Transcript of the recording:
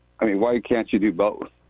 i mean, why can't you do both?